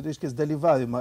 reiškias dalyvavimą